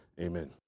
amen